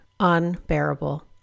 unbearable